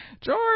George